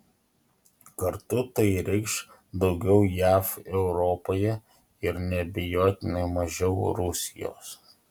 kartu tai reikš daugiau jav europoje ir neabejotinai mažiau rusijos